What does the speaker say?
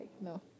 no